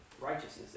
righteousness